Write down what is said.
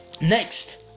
Next